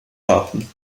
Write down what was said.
warten